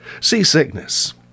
Seasickness